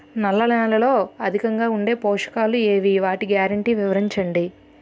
నల్ల నేలలో అధికంగా ఉండే పోషకాలు ఏవి? వాటి గ్యారంటీ వివరించండి?